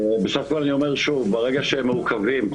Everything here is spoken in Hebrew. אני אומר שוב, ברגע שהם מעוכבים,